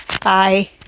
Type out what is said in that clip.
bye